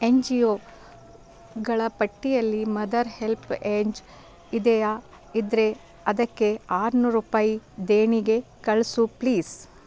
N G O ಗಳ ಪಟ್ಟಿಯಲ್ಲಿ mother HelpAge ಇದೆಯಾ ಇದ್ದರೆ ಅದಕ್ಕೆ ಆರ್ನೂರು ರೂಪಾಯಿ ದೇಣಿಗೆ ಕಳಿಸು ಪ್ಲೀಸ್